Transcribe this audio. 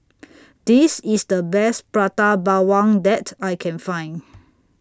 This IS The Best Prata Bawang that I Can Find